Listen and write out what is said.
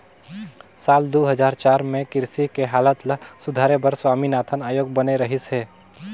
साल दू हजार चार में कृषि के हालत ल सुधारे बर स्वामीनाथन आयोग बने रहिस हे